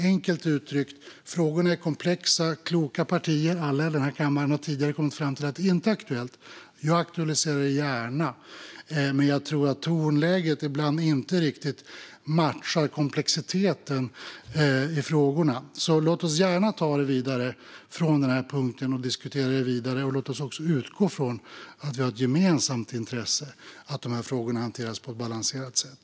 Enkelt uttryckt är frågorna komplexa. Kloka partier - alla i den här kammaren - har tidigare kommit fram till att detta inte är aktuellt. Jag aktualiserar det gärna, men jag tror att tonläget ibland inte riktigt matchar komplexiteten i frågorna. Låt oss gärna ta det vidare från den här punkten och diskutera det. Låt oss också utgå från att vi har ett gemensamt intresse av att de här frågorna hanteras på ett balanserat sätt.